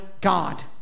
God